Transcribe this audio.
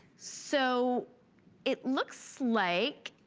so it looks like